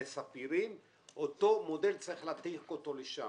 אותו מודל צריך להעתיק לשם.